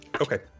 okay